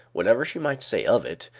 whatever she might say of it,